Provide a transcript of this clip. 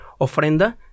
ofrenda